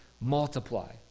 multiply